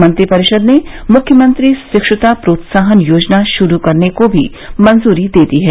मंत्रिपरिषद ने मुख्यमंत्री शिक्षुता प्रोत्साहन योजना शुरू करने को भी मंजूरी दे दी है